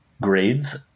grades